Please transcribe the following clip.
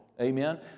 Amen